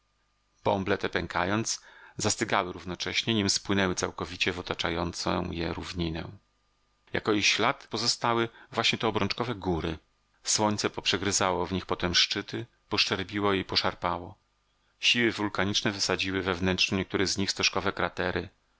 bąble te pękając zastygały równocześnie nim spłynęły całkowicie w otaczającą je równinę jako ich ślad pozostały właśnie te obrączkowe góry słońce poprzegryzało w nich potem szczyty poszczerbiło je i poszarpało siły wulkaniczne wysadziły we wnętrzu niektórych z nich